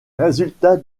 résultats